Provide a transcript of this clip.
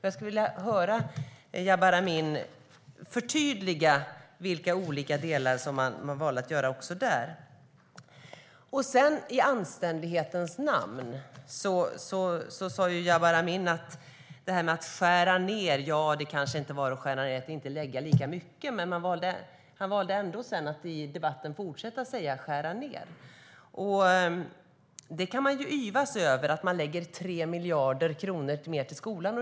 Jag skulle vilja att Jabar Amin förtydligar vilka olika delar som han menade. I anständighetens namn sa Jabar Amin att detta med att skära ned innebar att man inte lade lika mycket, men han valde ändå att i debatten fortsätta att använda uttrycket skära ned. Man kan ju yvas över att man satsar 3 miljarder kronor mer på skolan.